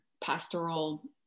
pastoral